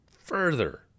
further